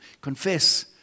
Confess